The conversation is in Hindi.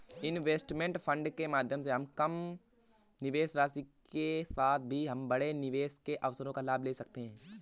इनवेस्टमेंट फंड के माध्यम से हम कम निवेश राशि के साथ भी हम बड़े निवेश के अवसरों का लाभ ले सकते हैं